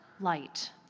light